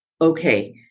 okay